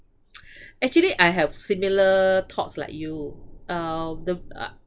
actually I have similar thoughts like you uh the uh